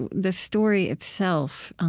and the story itself